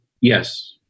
Yes